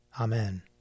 Amen